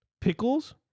pickles